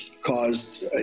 caused